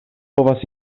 povas